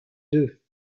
deux